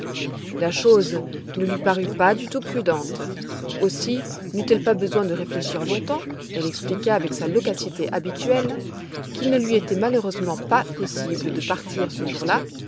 la chose ne lui parut pas du tout prudente aussi neut elle pas besoin de réfléchir longtemps elle expliqua avec sa loquacité habituelle qu'il ne lui était malheureusement pas possible de partir ce jour-là